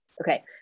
okay